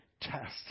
test